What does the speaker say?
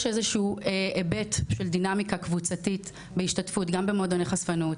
יש איזשהו היבט של דינמיקה קבוצתית גם במועדוני חשפנות,